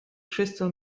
crystal